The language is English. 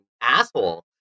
asshole